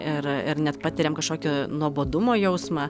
ir ir net patiriam kažkokį nuobodumo jausmą